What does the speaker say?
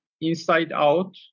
inside-out